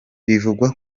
bivugwa